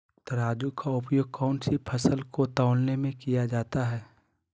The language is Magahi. तराजू का उपयोग कौन सी फसल को तौलने में किया जाता है?